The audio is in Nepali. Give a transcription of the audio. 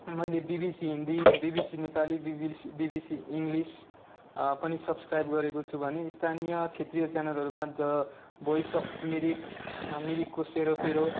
मैले BBC Hindi BBC Nepali BBC BBC English पनि सब्सक्राइब गरेको छु भने स्थानीय क्षेत्रिय च्यानलहरूमा द भोइस अफ् मिरिक मिरिकको सेरोफेरो